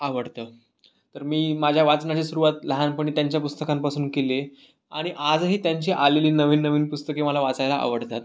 आवडतं तर मी माझ्या वाचनाची सुरवात लहानपनी त्यांच्या पुस्तकांपासून केली आहे आणि आजही त्यांची आलेली नवीन नवीन पुस्तके मला वाचायला आवडतात